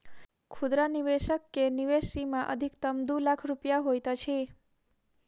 खुदरा निवेशक के निवेश सीमा अधिकतम दू लाख रुपया होइत अछि